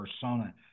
persona